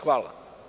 Hvala.